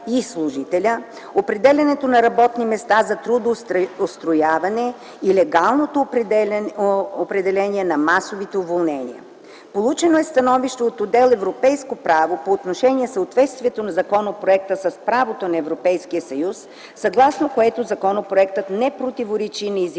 и служителя, определянето на работни места за трудоустрояване и легалното определение на масови уволнения. Получено е становище от отдел „Европейско право” по отношение съответствието на законопроекта с правото на Европейския съюз, съгласно което законопроектът не противоречи на изискванията